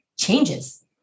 changes